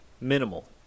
Minimal